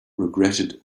regretted